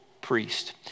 priest